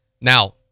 now